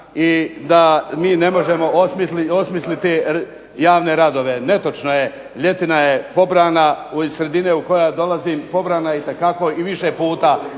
i da mi ne možemo osmisliti javne radove. Netočno je, ljetina je pobrana, iz sredine u koje ja dolazim pobrana je itekako i više puta,